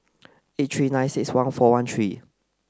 eight three nine six one four one three